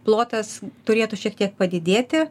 plotas turėtų šiek tiek padidėti